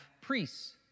priests